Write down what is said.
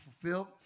fulfilled